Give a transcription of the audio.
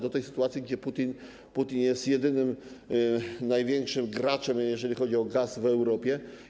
Do tej sytuacji, gdy Putin jest jedynym największym graczem, jeżeli chodzi o gaz w Europie.